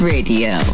Radio